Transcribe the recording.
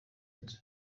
inzu